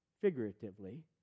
figuratively